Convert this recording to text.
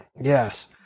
Yes